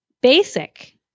basic